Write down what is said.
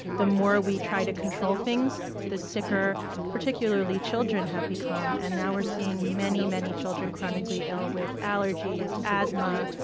the more we try to control things, the sicker particularly children have become. and now we're seeing many, many children chronically ill with allergies, asthma,